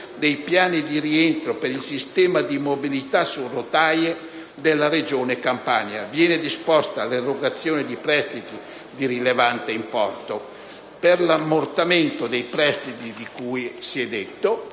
dei piani di rientro per il sistema di mobilità su rotaie della Regione Campania. Viene disposta l'erogazione di prestiti di rilevante importo. Per l'ammortamento dei prestiti di cui si è detto